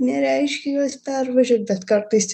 nereiškia juos pervažiuot bet kartais